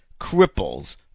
cripples